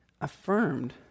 affirmed